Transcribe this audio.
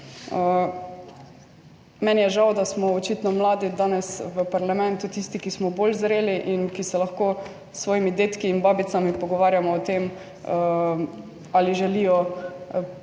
Meni je žal, da smo očitno mladi danes v parlamentu tisti, ki smo bolj zreli in ki se lahko s svojimi dedki in babicami pogovarjamo o tem ali želijo